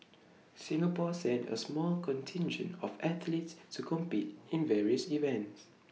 Singapore sent A small contingent of athletes to compete in various events